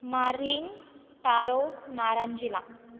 Marlin taro naranjilla